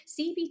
cbt